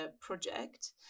project